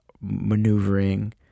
maneuvering